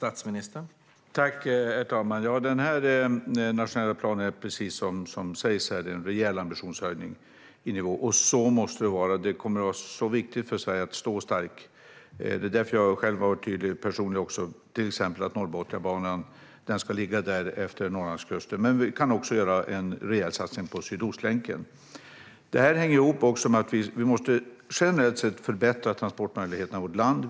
Herr talman! Denna nationella plan innebär, precis som sägs här, en rejäl ambitionshöjning. Så måste det vara; det kommer att vara viktigt för Sverige att stå starkt. Det är därför jag också personligen har varit tydlig till exempel med att Norrbotniabanan ska byggas där längs Norrlandskusten. Men vi kan också göra en rejäl satsning på Sydostlänken. Detta hänger ihop med att vi generellt sett måste förbättra transportmöjligheterna i vårt land.